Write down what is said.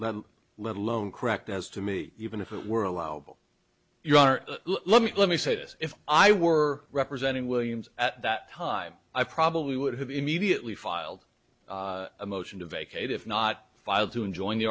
let alone correct as to me even if it were allowed your honor let me let me say this if i were representing williams at that time i probably would have immediately filed a motion to vacate if not filed to enjoin the